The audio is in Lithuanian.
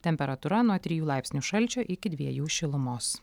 temperatūra nuo trijų laipsnių šalčio iki dviejų šilumos